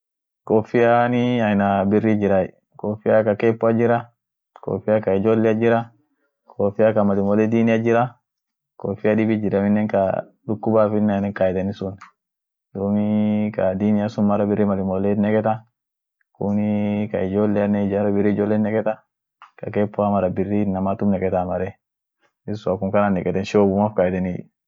Jaketinii, aina biriit jirai, jaket maldaamochaat jira, taa shoobaaf kayetit jira, ta woat gar ijeemt inuma pikpikia kayetiit jira, jaketin sunie, tuni mal daamocha mal laftin akan daamot daamochaan ufiradoorgen ak daanmochin naf siihisheen. akas kaayeteni tadibiin shoobaaf kaayeten. ama mal hujiafa.